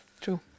true